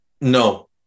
no